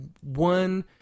one